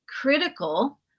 critical